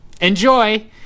Enjoy